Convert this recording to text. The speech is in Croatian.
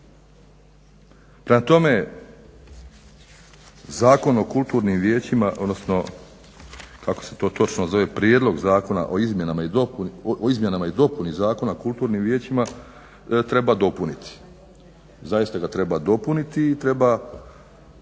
Prema tome, Zakon o kulturnim vijećima odnosno kako se to točno zove Prijedlog zakona o izmjenama i dopuni Zakona o kulturnim vijećima treba dopuniti, zaista ga treba dopuniti i treba